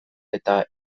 eta